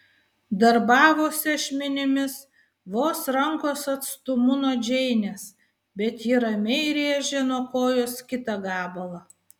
darbavosi ašmenimis vos rankos atstumu nuo džeinės bet ji ramiai rėžė nuo kojos kitą gabalą